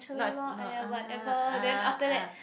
not no ah ah ah